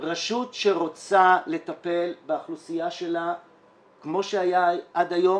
רשות שרוצה לטפל באוכלוסייה שלה כמו שהיה עד היום,